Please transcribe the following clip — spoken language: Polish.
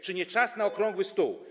Czy nie czas na okrągły stół?